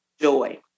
joy